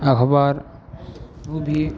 अखबार भी